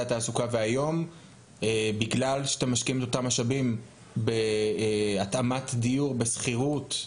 התעסוקה היום בגלל שאתם משקיעים את אותם משאבים בהתאמת דיור בשכירות?